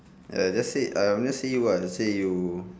ya just say um just say what say you